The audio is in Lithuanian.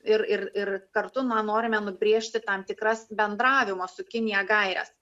ir ir ir kartu na norime nubrėžti tam tikras bendravimo su kinija gaires